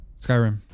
skyrim